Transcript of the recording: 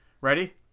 Ready